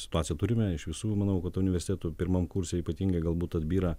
situaciją turime iš visų manau kad universitetų pirmam kurse ypatingai galbūt atbyra